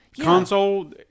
console